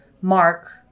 mark